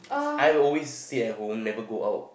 I will always stay at home never go out